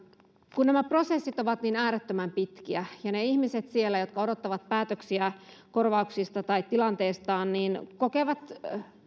kun nämä prosessit ovat niin äärettömän pitkiä ja ne ihmiset jotka odottavat päätöksiä korvauksista tai tilanteestaan kokevat